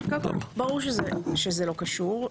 קודם כול ברור שזה לא קשור.